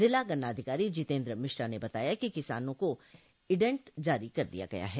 जिला गन्नाधिकारी जितेन्द्र मिश्रा ने बताया कि किसानों को इंडेन्ट जारी कर दिया गया है